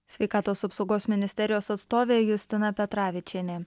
sveikatos apsaugos ministerijos atstovė justina petravičienė